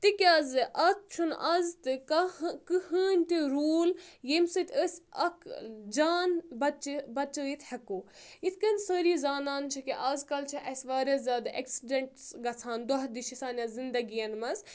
تِکیٛازِ اَتھ چھُنہٕ آز تہِ کانٛہہ کٕیٖہنۍ تہِ روٗل ییٚمہِ سۭتۍ أسۍ اَکھ جان بَچہٕ بَچٲوِتھ ہیٚکو یِتھ کٔنۍ سٲری زانان چھِ کہِ آزکَل چھِ اَسہِ واریاہ زیادٕ ایٚکسِڈؠنٛٹٕس گَژھان دۄہ دِ چھِ سانؠن زِندگی یَن منٛز